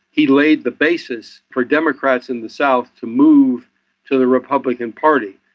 he laid the basis for democrats in the south to move to the republican party.